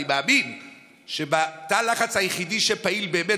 אני מאמין שבתא הלחץ היחיד שפעיל באמת